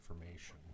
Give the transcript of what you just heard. information